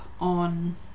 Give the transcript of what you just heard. on